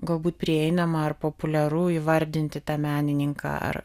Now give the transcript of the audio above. galbūt prieinama ar populiaru įvardinti tą menininką ar